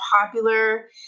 popular